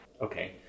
Okay